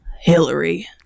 Hillary